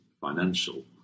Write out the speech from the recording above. financial